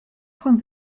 von